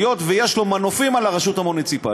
היות שיש לו מנופים על הרשות המוניציפלית